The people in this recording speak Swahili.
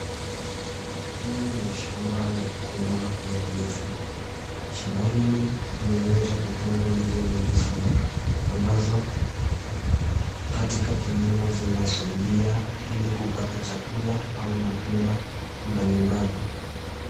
Hii ni shamba kubwa ya ndizi ,shamba hili limeweza kupandwa ndizi mingi sana ambazo katika kilimo zinasaidia ili kupata chakula au matunda mbalimbali.